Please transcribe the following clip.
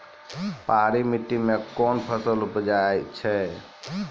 पहाड़ी मिट्टी मैं कौन फसल उपजाऊ छ?